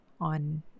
on